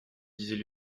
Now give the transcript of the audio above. disait